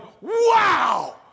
wow